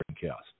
Chaos